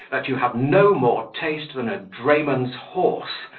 that you have no more taste than a drayman's horse,